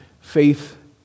faith